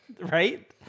Right